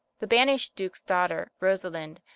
the banished duke's daughter, rosalind,